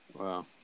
Wow